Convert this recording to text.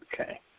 Okay